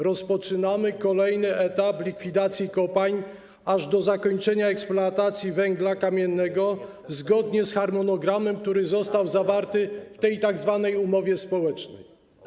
Rozpoczynamy kolejny etap likwidacji kopalń, który potrwa aż do zakończenia eksploatacji węgla kamiennego, zgodnie z harmonogramem, który został zawarty w tej tzw. umowie społecznej.